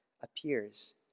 appears